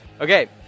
Okay